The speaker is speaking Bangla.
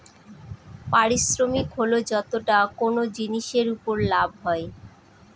পারিশ্রমিক হল যতটা কোনো জিনিসের উপর লাভ হয়